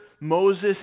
moses